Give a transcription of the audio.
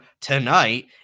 tonight